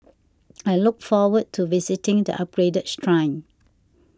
I look forward to visiting the upgraded shrine